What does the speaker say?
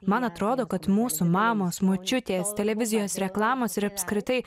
man atrodo kad mūsų mamos močiutės televizijos reklamos ir apskritai